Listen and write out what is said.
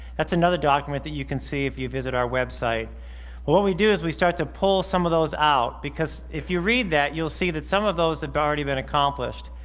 that's another document that you can see if you visit our website, but what we do is we start to pull some of those out because if you read that you'll see that some of those have already been accomplished,